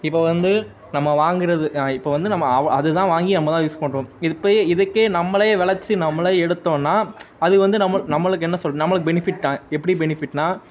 இப்போ வந்து நம்ம வாங்கறது இப்போ வந்து நம்ம அவ் அது தான் வாங்கி நம்ம தான் யூஸ் பண்ணுறோம் இதுப்பே இதுக்கே நம்மளையே வெளச்சு நம்மளே எடுத்தோன்னால் அது வந்து நம்ம நம்மளுக்கு என்ன சொல்வது நம்மளுக்கு பெனிஃபிட் தான் எப்படி பெனிஃபிட்னால்